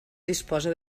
disposa